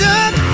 up